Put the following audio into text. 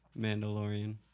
Mandalorian